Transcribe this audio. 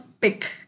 pick